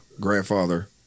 grandfather